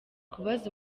kubaza